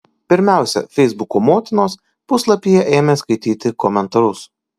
pirmiausia feisbuko motinos puslapyje ėmė skaityti komentarus